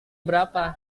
berapa